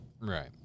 Right